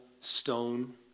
stone